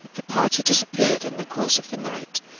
the party disappeared in the course of the night,